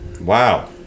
wow